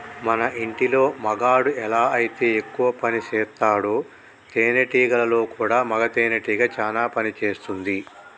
మన ఇంటిలో మగాడు ఎలా అయితే ఎక్కువ పనిసేస్తాడో తేనేటీగలలో కూడా మగ తేనెటీగ చానా పని చేస్తుంది